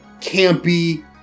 campy